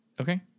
Okay